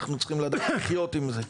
אנחנו צריכים לדעת לחיות עם זה.